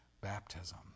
baptism